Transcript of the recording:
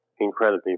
incredibly